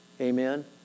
Amen